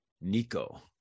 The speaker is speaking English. nico